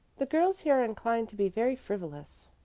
the girls here are inclined to be very frivolous.